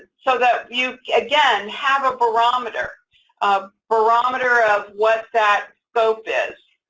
so that you, again, have a barometer of barometer of what that scope is.